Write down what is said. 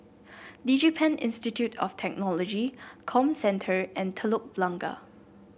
DigiPen Institute of Technology Comcentre and Telok Blangah